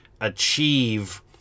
achieve